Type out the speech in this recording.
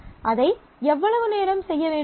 அதை எவ்வளவு நேரம் செய்ய வேண்டும்